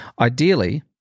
Ideally